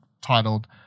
titled